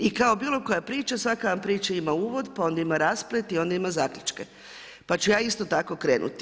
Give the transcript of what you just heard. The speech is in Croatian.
I kao bilo koja priča svaka vam priča ima uvod pa onda ima rasplet i onda ima zaključke, pa ću ja isto tako krenuti.